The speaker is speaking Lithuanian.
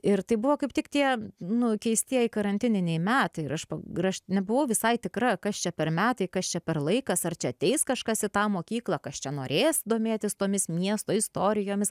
ir tai buvo kaip tik tie nu keistieji karantininiai metai ir aš pag ir aš nebuvau visai tikra kas čia per metai kas čia per laikas ar čia ateis kažkas į tą mokyklą kas čia norės domėtis tomis miesto istorijomis